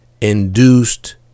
induced